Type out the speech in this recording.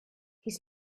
his